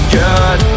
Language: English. good